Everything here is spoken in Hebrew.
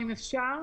אותה.